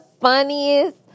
funniest